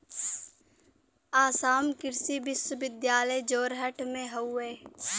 आसाम कृषि विश्वविद्यालय जोरहट में हउवे